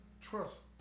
trust